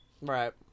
Right